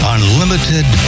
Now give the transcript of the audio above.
Unlimited